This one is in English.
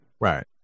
Right